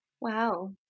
Wow